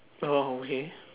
oh okay